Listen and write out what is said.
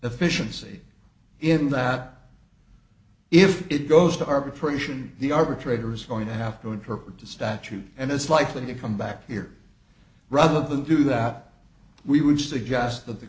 efficiency in that if it goes to arbitration the arbitrator is going to have to interpret the statute and it's likely to come back here rather than do that we would suggest that the